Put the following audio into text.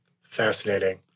Fascinating